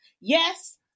Yes